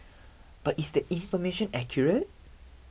but is the information accurate